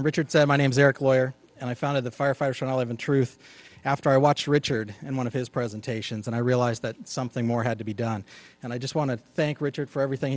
richard said my name is eric lawyer and i founded the firefighters and i live in truth after i watch richard and one of his presentations and i realized that something more had to be done and i just want to thank richard for everything